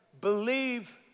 Believe